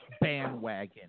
bandwagon